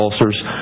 ulcers